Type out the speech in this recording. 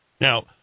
Now